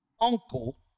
uncle